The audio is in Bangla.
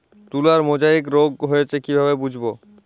তুলার মোজাইক রোগ হয়েছে কিভাবে বুঝবো?